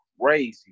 crazy